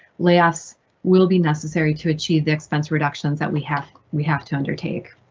layoffs will be necessary to achieve the expense reductions that we have we have to undertake.